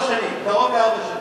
קרוב לארבע שנים.